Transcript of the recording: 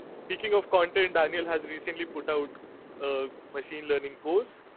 speaking of content, daniel has recently put out ah machine learning course,